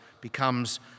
becomes